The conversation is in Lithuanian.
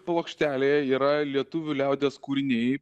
plokštelėje yra lietuvių liaudies kūriniai